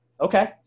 okay